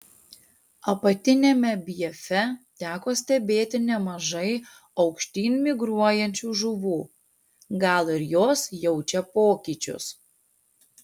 apatiniame bjefe teko stebėti nemažai aukštyn migruojančių žuvų gal ir jos jaučia pokyčius